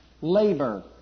labor